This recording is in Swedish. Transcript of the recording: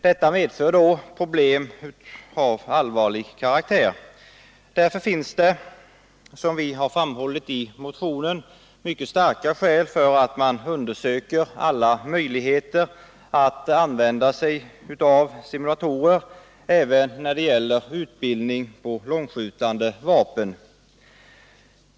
Detta medför då problem av allvarlig karaktär. Därför finns det, som vi framhållit i motionen, mycket starka skäl för att undersöka alla möjligheter att använda sig av simulatorer även när det gäller utbildning på långskjutande vapen.